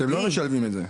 אתם לא משלבים את זה,